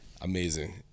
Amazing